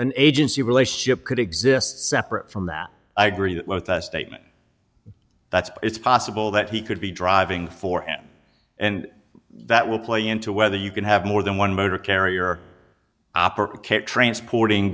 an agency relationship could exist separate from that i agree with that statement that's it's possible that he could be driving for and that will play into whether you can have more than one motor carrier operate transporting